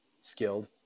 skilled